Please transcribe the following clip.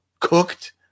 cooked